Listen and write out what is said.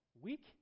weak